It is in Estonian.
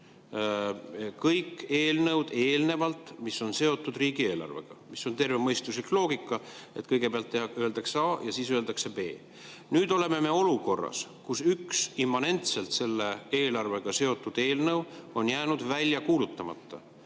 kõik eelnõud, mis on seotud riigieelarvega. See on tervemõistuslik loogika, et kõigepealt öeldakse A ja siis öeldakse B. Nüüd oleme me olukorras, kus üks immanentselt selle eelarvega seotud eelnõu on jäänud välja kuulutamata,